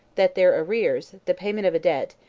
that their arrears, the payment of a debt,